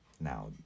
Now